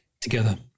together